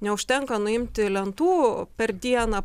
neužtenka nuimti lentų per dieną